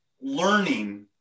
learning